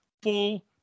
Full